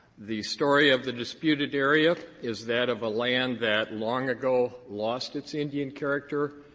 the story of the disputed area is that of a land that long ago lost its indian character,